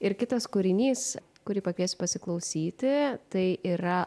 ir kitas kūrinys kurį pakviesiu pasiklausyti tai yra